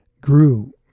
grew